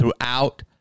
throughout